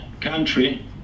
country